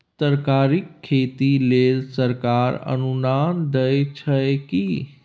तरकारीक खेती लेल सरकार अनुदान दै छै की?